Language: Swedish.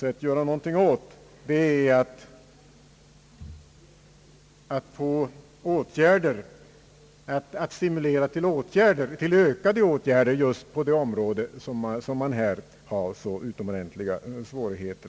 Vad man är ute efter är att stimulera till ökade åtgärder på det område, där svårigheterna är så utomordentliga.